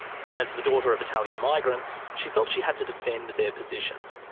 and as the daughter of italian migrants, she felt she had to defend their position.